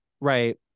Right